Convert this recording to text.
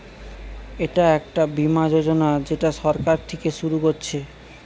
এটা একটা বীমা যোজনা যেটা সরকার থিকে শুরু করছে